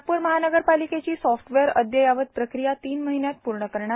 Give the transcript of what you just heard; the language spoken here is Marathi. नागपूर महानगरपालिकेची सॉफ्टवेअर अद्ययावत प्रक्रिया तीन महिन्यात पूर्ण करणार